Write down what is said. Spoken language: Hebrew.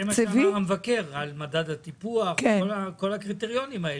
זה מה שאמר המבקר על מדד הטיפוח וכל הקריטריונים האלה,